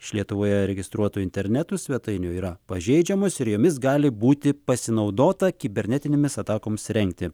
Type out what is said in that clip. iš lietuvoje registruotų interneto svetainių yra pažeidžiamos ir jomis gali būti pasinaudota kibernetinėmis atakoms rengti